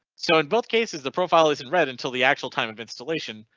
so in both cases the profile isn't read until the actual time of installation.